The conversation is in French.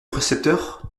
récepteur